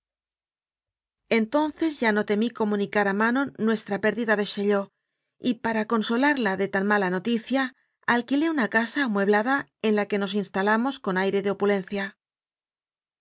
entonces ya io temí comunicar a manon nues tra pérdida de chaillot y para consolarla de tan mala noticia alquilé una casa amueblada en la que nos instalamos con aire de opulencia